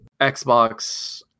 Xbox